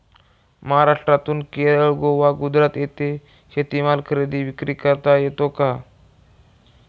महाराष्ट्रातून केरळ, गोवा, गुजरात येथे शेतीमाल खरेदी विक्री करता येतो का?